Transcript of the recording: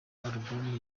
alubumu